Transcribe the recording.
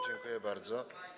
Dziękuję bardzo.